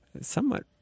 somewhat